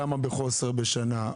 כמה בחוסר בשנה?